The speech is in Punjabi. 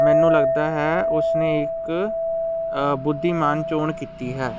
ਮੈਨੂੰ ਲੱਗਦਾ ਹੈ ਕਿ ਉਸ ਨੇ ਇੱਕ ਬੁੱਧੀਮਾਨ ਚੋਣ ਕੀਤੀ ਹੈ